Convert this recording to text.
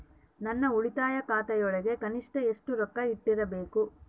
ನನ್ನ ಉಳಿತಾಯ ಖಾತೆಯೊಳಗ ಕನಿಷ್ಟ ಎಷ್ಟು ರೊಕ್ಕ ಇಟ್ಟಿರಬೇಕು?